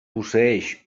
posseeix